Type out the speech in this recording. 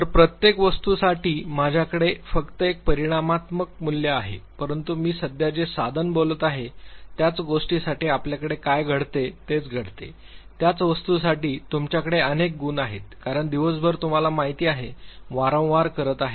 तर प्रत्येक वस्तूसाठी माझ्याकडे फक्त एक परिमाणात्मक मूल्य आहे परंतु मी सध्या जे साधन बोलत आहे त्याच गोष्टीसाठी आपल्याकडे काय घडते तेच घडते त्याच वस्तूसाठी तुमच्याकडे अनेक गुण आहेत कारण दिवसभर तुम्हाला माहिती आहे वारंवार करत आहे